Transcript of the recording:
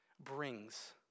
brings